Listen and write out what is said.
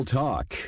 talk